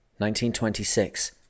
1926